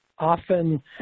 Often